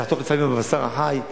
זה לחתוך לפעמים בבשר החי.